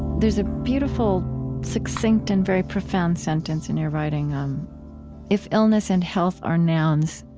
there's a beautiful succinct and very profound sentence in your writing if illness and health are nouns,